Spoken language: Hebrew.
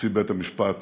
נשיא בית-המשפט